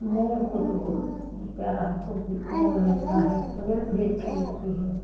मोर को तो बहुत प्यारा हमको मोर लगता है कोयल भी अच्छी लगती है